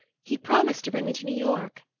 he promised to bring me to new york.